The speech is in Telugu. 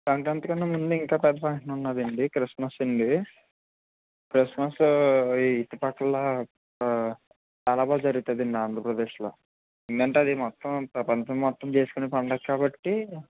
సంక్రాంతి కన్నా ముందు ఇంకా పెద్ద ఫంక్షన్ ఉన్నాదండి క్రిష్ట్మస్ అండీ క్రిష్ట్మస్ ఈ ఇటుపక్కల చాలా బాగా జరిగితుందండి ఆంద్రప్రదేశ్లో ఎందుకంటే అది మొత్తం ప్రపంచం మొత్తం చేస్కునే పండగ కాబట్టి